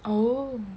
oh